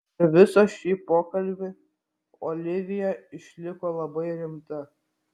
per visą šį pokalbį olivija išliko labai rimta